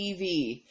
TV